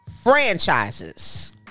franchises